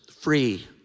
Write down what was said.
free